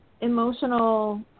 Emotional